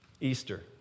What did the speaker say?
Easter